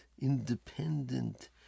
independent